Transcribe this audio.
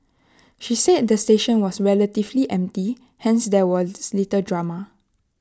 she said the station was relatively empty hence there was little drama